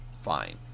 Fine